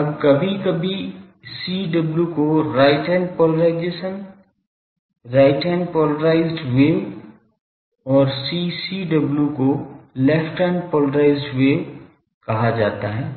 अब कभी कभी CW को right hand polarization right hand polarized wave और CCW को लेफ्ट हैंड पोलराइज़्ड वेव कहा जाता है